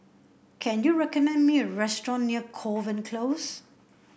can you recommend me a restaurant near Kovan Close